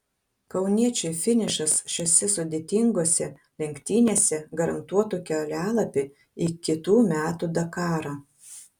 kauniečiui finišas šiose sudėtingose lenktynėse garantuotų kelialapį į kitų metų dakarą